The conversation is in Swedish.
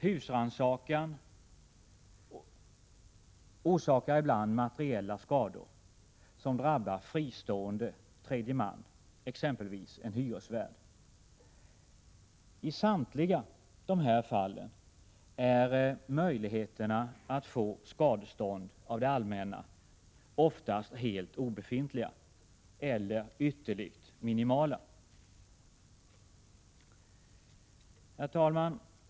Husrannsakan orsakar ibland materiella skador som drabbar tredje man, exempelvis en hyresvärd. I samtliga dessa fall är möjligheterna att få skadestånd av det allmänna oftast helt obefintliga eller ytterligt minimala. Herr talman!